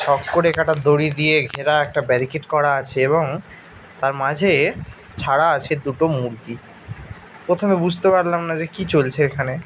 ছক করে কাটা দড়ি দিয়ে ঘেরা একটা ব্যারিকেড করা আছে এবং তার মাঝে ছাড়া আছে দুটো মুরগি প্রথমে বুঝতে পারলাম না যে কী চলছে এখানে